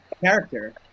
character